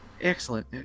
Excellent